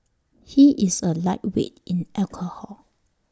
he is A lightweight in alcohol